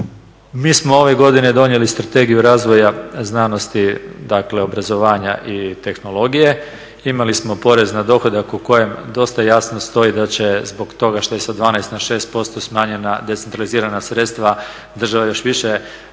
Mi smo ove godine donijeli Strategiju razvoja znanosti, obrazovanja i tehnologije. Imali smo porez na dohodak u kojem dosta jasno stoji da će zbog toga što je sa 12 na 6% smanjena decentralizirana sredstva države još više